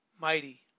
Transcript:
Mighty